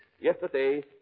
Yesterday